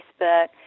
Facebook